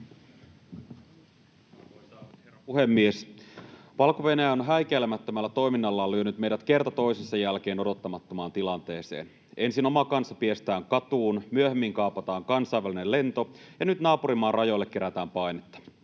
Valko-Venäjä on häikäilemättömällä toiminnallaan lyönyt meidät kerta toisensa jälkeen odottamattomaan tilanteeseen: ensin oma kansa piestään katuun, myöhemmin kaapataan kansainvälinen lento ja nyt naapurimaan rajoille kerätään painetta.